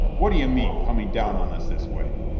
what d'ye mean, coming down on us this way?